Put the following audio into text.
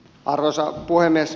arvoisa puhemies